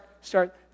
start